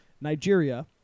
nigeria